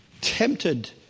tempted